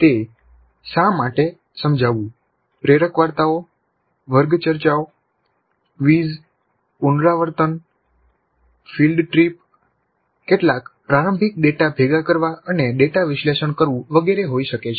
તે શા માટે સમજાવવું પ્રેરક વાર્તાઓ વર્ગ ચર્ચાઓ ક્વિઝ પુનરાવર્તન ફિલ્ડ ટ્રીપ કેટલાક પ્રારંભિક ડેટા ભેગા કરવા અને ડેટા વિશ્લેષણ કરવું વગેરે હોઈ શકે છે